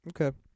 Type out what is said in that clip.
Okay